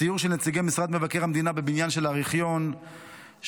בסיור של נציגי משרד מבקר המדינה בבניין של ארכיון המדינה